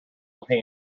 little